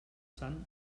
sant